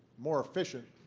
more efficient,